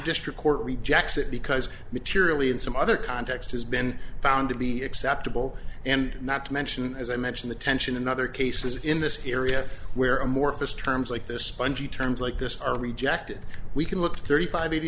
district court rejects it because materially in some other context has been found to be acceptable and not to mention as i mentioned the tension in other cases in this area where amorphous terms like this spongy terms like this are rejected we can look thirty five